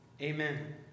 amen